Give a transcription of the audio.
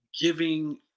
giving